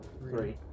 three